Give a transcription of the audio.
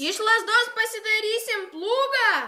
iš lazdos pasidairysim plūgą